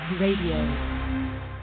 radio